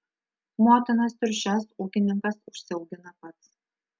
motinas triušes ūkininkas užsiaugina pats